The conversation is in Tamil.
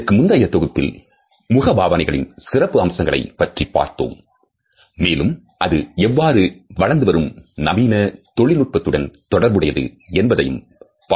இதற்கு முந்தைய தொகுப்பில் முகபாவனைகளின் சிறப்பு அம்சங்களைப் பற்றி பார்த்தோம் மேலும் அது எவ்வாறு வளர்ந்து வரும் நவீன தொழில்நுட்பத்துடன் தொடர்புடையது என்பதையும் பார்த்தோம்